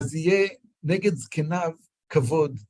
אז יהיה נגד זקניו כבוד.